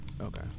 Okay